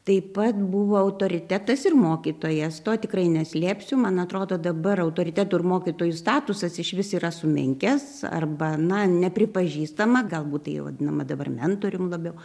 taip pat buvo autoritetas ir mokytojas to tikrai neslėpsiu man atrodo dabar autoritetų ir mokytojų statusas išvis yra sumenkęs arba na nepripažįstama galbūt tai vadinama dabar mentorium labiau